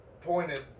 pointed